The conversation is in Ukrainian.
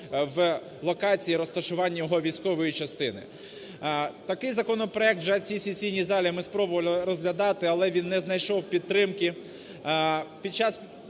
в локації, розташуванні його військової частини. Такий законопроект вже в цій сесійній залі ми спробували розглядати, але він не знайшов підтримки.